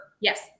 Yes